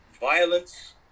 violence